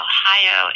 Ohio